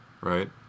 right